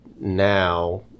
now